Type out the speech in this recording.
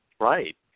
Right